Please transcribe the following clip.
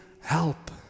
help